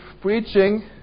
preaching